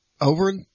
over